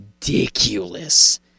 ridiculous